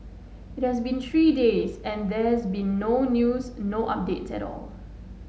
it has been three days and there has been no news no updates at all